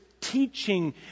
teaching